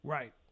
Right